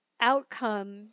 outcome